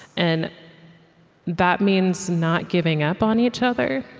and that means not giving up on each other,